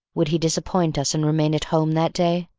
would he disappoint us and remain at home that day?